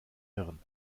hirn